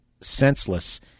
senseless